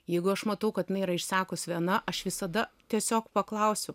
jeigu aš matau kad jinai yra išsekus viena aš visada tiesiog paklausiu